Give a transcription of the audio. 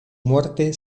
muerte